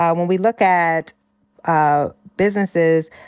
um when we look at ah businesses,